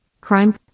Crime